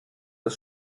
das